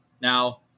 Now